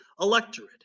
electorate